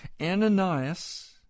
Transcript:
Ananias